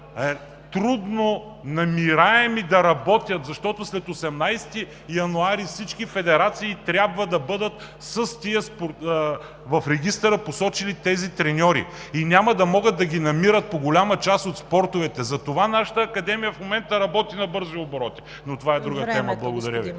трудно намирани да работят, защото след 18 януари всички федерации трябва да ги посочат в Регистъра и няма да могат да ги намират по голяма част от спортовете. Затова нашата академия в момента работи на бързи обороти, но това е друга тема. Благодаря.